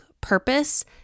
purpose